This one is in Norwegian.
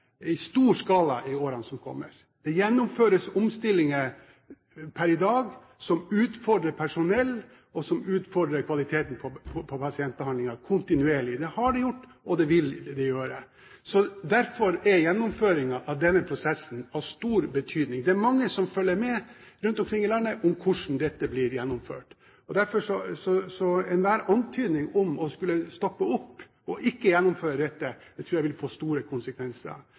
gjennomføres omstillinger per i dag som utfordrer personell, og som utfordrer kvaliteten på pasientbehandlingen – kontinuerlig. Det har det gjort, og det vil det gjøre. Derfor er gjennomføringen av denne prosessen av stor betydning. Det er mange som følger med rundt omkring i landet på hvordan dette blir gjennomført. Derfor tror jeg enhver antydning om å skulle stoppe opp og ikke gjennomføre dette ville få store konsekvenser. Det oppfatter jeg